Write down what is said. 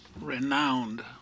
renowned